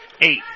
eight